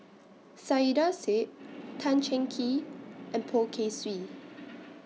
Saiedah Said Tan Cheng Kee and Poh Kay Swee